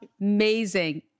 Amazing